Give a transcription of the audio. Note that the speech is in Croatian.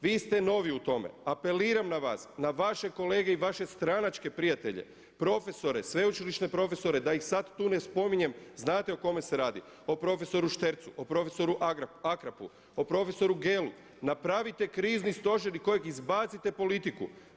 Vi ste novi u tome, apeliram na vas, na vaše kolege i vaše stranačke prijatelje, profesore, sveučilišne profesore, da ih sada tu ne spominjem, znate o kome se radi, o prof. Štercu, o prof. Akrapu, o prof. Gelu, napravite krizni stožer iz kojeg izbacite politiku.